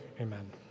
amen